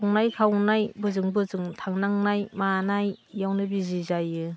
संनाय खावनाय बोजों बोजों थांनांनाय मानाय इयावनो बिजि जायो